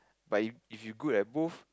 but if if you good at both